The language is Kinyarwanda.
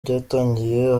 byatangiye